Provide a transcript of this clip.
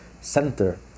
center